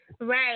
Right